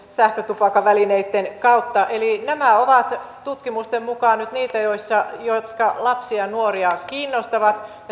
sähkötupakkavälineitten kautta eli nämä ovat tutkimusten mukaan nyt niitä jotka lapsia ja nuoria kiinnostavat ja